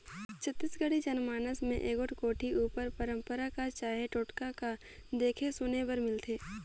छत्तीसगढ़ी जनमानस मे एगोट कोठी उपर पंरपरा कह चहे टोटका कह देखे सुने बर मिलथे